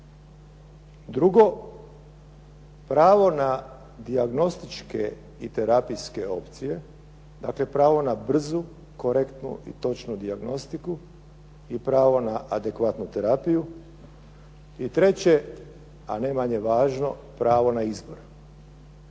Drugo, pravo na dijagnostičke i terapijske opcije, dakle pravo na brzu, korektnu i točnu dijagnostiku i pravo na adekvatnu terapiju. I treće, a ne manje važno, pravo na izbor.